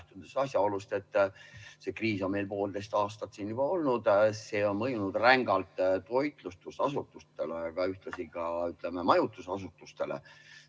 see kriis on meil juba poolteist aastat siin olnud. See on mõjunud rängalt toitlustusasutustele, aga ka majutusasutustele.